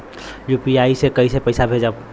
UPI से कईसे पैसा भेजब?